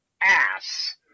ass